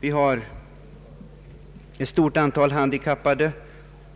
Vi har ett stort antal handikappade,